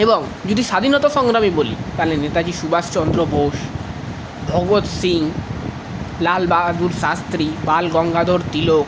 এবং যদি স্বাধীনতাসংগ্রামী বলি তাহলে নেতাজী সুভাষ চন্দ্র বোস ভগত সিং লাল বাহাদুর শাস্ত্রী বাল গঙ্গাধর তিলক